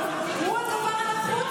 בושה.